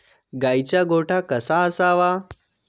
गाईचा गोठा कसा असावा?